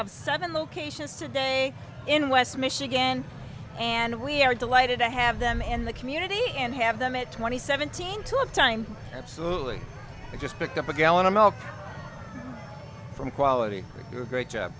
of seven locations today in west michigan and we are delighted to have them in the community and have them at twenty seventeen took time absolutely and just picked up a gallon of milk from quality great job